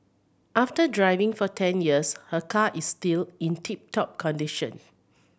after driving for ten years her car is still in tip top condition